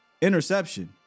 interception